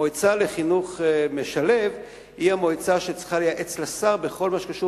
המועצה לחינוך משלב היא המועצה שצריכה לייעץ לשר בכל מה שקשור